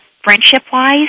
Friendship-wise